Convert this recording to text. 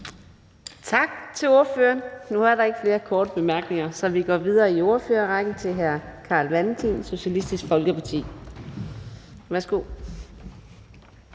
Tak til ordføreren. Der er ikke nogen korte bemærkninger, så vi går videre i ordførerrækken til fru Rosa Lund, Enhedslisten. Værsgo.